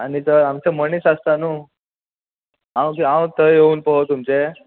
आनी थंय आमचो मनीस आसता न्हू हांव हांव थंय येवन पोव तुमचे